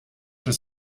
was